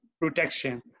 protection